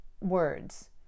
words